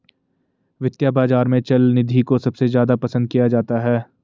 वित्तीय बाजार में चल निधि को सबसे ज्यादा पसन्द किया जाता है